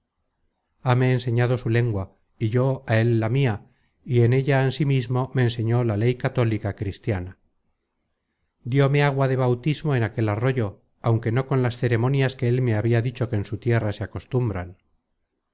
cristianos hame enseñado su lengua y yo á él la mia y en ella ansimismo me enseñó la ley católica cristiana dióme agua de bautismo en aquel arroyo aunque no con las ceremonias que él me ha dicho que en su tierra se acostumbran